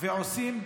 ועושים